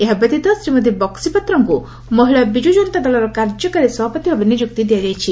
ଏହା ବ୍ୟତୀତ ଶ୍ରୀମତି ବକ୍ୱିପାତ୍ରଙ୍କୁ ମହିଳା ବିଜୁ ଜନତା ଦଳର କାର୍ଯ୍ୟକାରୀ ସଭାପତି ଭାବେ ନିଯୁକ୍ତି ଦିଆଯାଇଛି